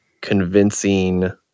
convincing